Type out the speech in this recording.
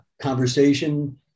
conversation